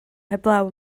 heblaw